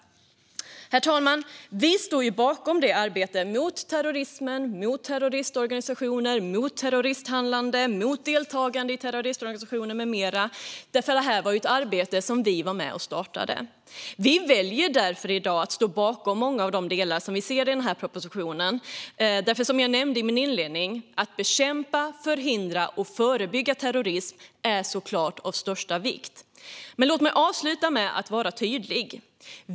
Herr talman! Vi står bakom arbetet mot terrorismen, mot terroristorganisationer, mot terroristhandlingar, mot deltagande i terroristorganisationer med mera. Det var ett arbete som vi var med och startade. Vi väljer därför i dag att stå bakom många av de delar som vi ser i propositionen. Som jag nämnde i min inledning är det såklart av största vikt att bekämpa, förhindra och förebygga terrorism. Men låt mig avsluta med att vara tydlig.